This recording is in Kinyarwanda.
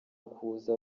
kuza